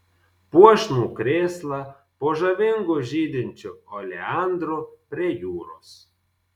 puošnų krėslą po žavingu žydinčiu oleandru prie jūros